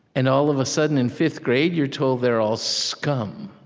and all of a sudden, in fifth grade, you're told they're all scum,